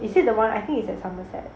is it that one I think it's at somerset